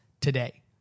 today